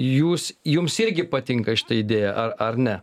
jūs jums irgi patinka šita idėja ar ar ne